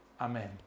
amen